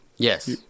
yes